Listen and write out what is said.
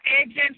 agents